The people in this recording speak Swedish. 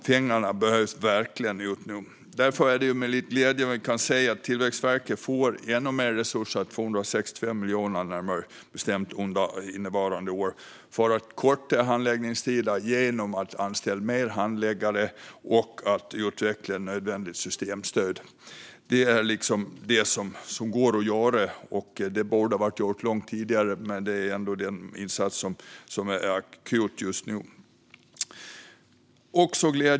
Pengarna behöver verkligen komma ut nu. Därför är det med glädje jag kan säga att Tillväxtverket nu får ännu mer resurser, närmare bestämt 265 miljoner under innevarande år, för att korta handläggningstiderna genom att anställa fler handläggare och utveckla nödvändigt systemstöd. Det är det som går att göra. Det borde ha gjorts långt tidigare, men det är ändå den insats som är akut just nu.